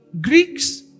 Greeks